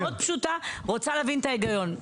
חברת כנסת מאוד פשוטה רוצה להבין את ההיגיון.